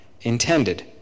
intended